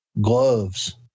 gloves